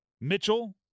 Mitchell